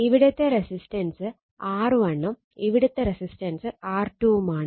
ഇവിടത്തെ resistance R1 ഉം ഇവിടത്തെ റെസിസ്റ്റൻസ് R2 ഉം ആണ്